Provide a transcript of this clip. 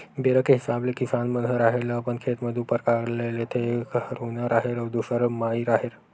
बेरा के हिसाब ले किसान मन ह राहेर ल अपन खेत म दू परकार ले लेथे एक हरहुना राहेर अउ दूसर माई राहेर